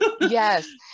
Yes